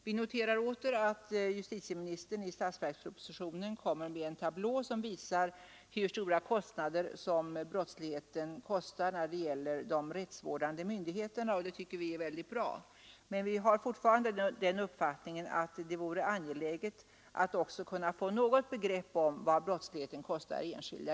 Vi noterar åter att justitieministern i statsverkspropositionen med en tablå visar hur stora kostnader brottsligheten åsamkar de rättsvårdande myndigheterna, och det tycker vi är bra. Men vi har fortfarande den uppfattningen att det vore angeläget att också få något begrepp om vad brottsligheten kostar enskilda.